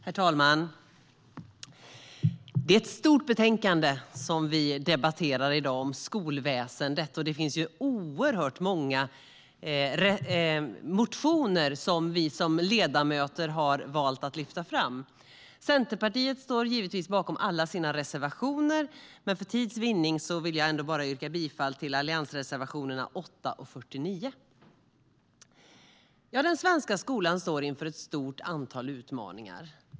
Herr talman! Det är ett stort betänkande vi debatterar i dag om skolväsendet. Det finns oerhört många motioner som vi ledamöter har valt att lyfta fram. Centerpartiet står givetvis bakom alla sina reservationer, men för tids vinnande vill jag yrka bifall endast till alliansreservationerna 8 och 49. Den svenska skolan står inför ett stort antal utmaningar.